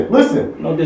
Listen